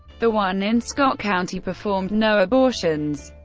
the one in scott county performed no abortions.